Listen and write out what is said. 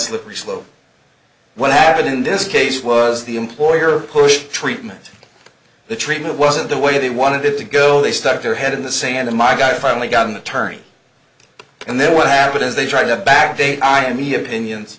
slippery slope what happened in this case was the employer pushed treatment the treatment wasn't the way they wanted it to go they stuck their head in the sand and my guy finally got an attorney and then what happened is they tried to back date i need opinions